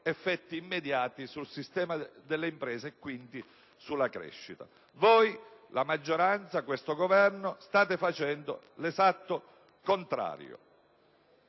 effetti immediati sul sistema delle imprese e quindi sulla crescita. Voi, la maggioranza, questo Governo, state facendo l'esatto contrario.